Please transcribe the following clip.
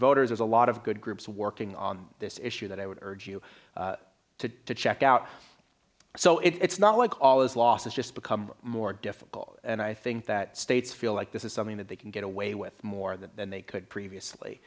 there's a lot of good groups working on this issue that i would urge you to to check out so it's not like all those losses just become more difficult and i think that states feel like this is something that they can get away with more than they could previously